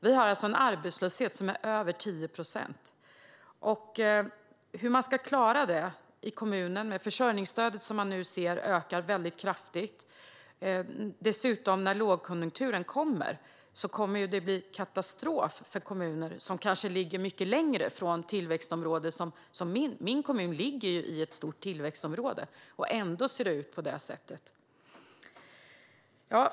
Vi har en arbetslöshet som är över 10 procent och ser nu hur försörjningsstödet i kommunen ökar väldigt kraftigt. När lågkonjunkturen kommer blir det dessutom katastrof för kommuner som ligger mycket längre från tillväxtområden. Min kommun ligger i ett stort tillväxtområde, och ändå ser det ut på detta sätt.